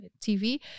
TV